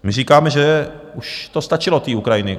My říkáme, že už to stačilo, tý Ukrajiny!